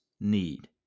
need